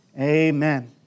Amen